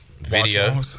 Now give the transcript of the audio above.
video